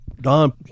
don